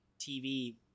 tv